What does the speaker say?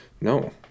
no